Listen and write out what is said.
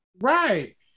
right